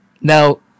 Now